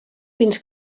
fins